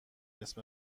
اسم